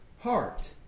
heart